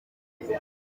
bihiye